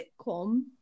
sitcom